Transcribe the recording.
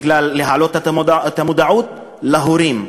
כדי להעלות את המודעות להורים,